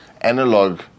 analog